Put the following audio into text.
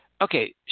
Okay